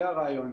זה הרעיון.